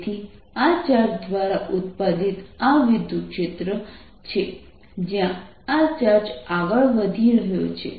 તેથી આ ચાર્જ દ્વારા ઉત્પાદિત આ વિદ્યુતક્ષેત્ર છે જ્યાં આ ચાર્જ આગળ વધી રહ્યો છે